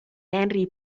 henri